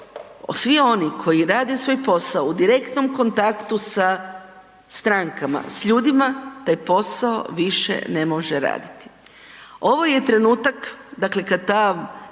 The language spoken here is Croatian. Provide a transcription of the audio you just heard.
svi oni koji rade svoj posao u direktnom kontaktu sa strankama s ljudima taj posao više ne može raditi. Ovo je trenutak dakle kad ta,